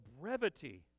brevity